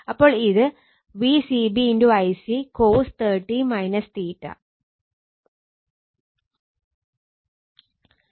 അപ്പോൾ ഇത് Vcb Ic cos 30o